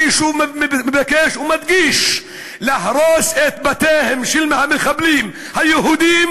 אני שוב מבקש ומדגיש: להרוס את בתיהם של המחבלים היהודים